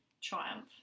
triumph